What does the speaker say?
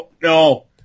No